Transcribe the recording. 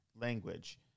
language